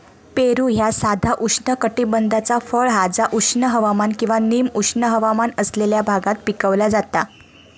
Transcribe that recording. पेरू ह्या साधा उष्णकटिबद्धाचा फळ हा जा उष्ण हवामान किंवा निम उष्ण हवामान असलेल्या भागात पिकवला जाता